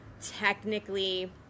technically